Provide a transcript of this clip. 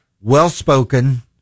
well-spoken